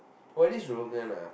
or at least Rogan ah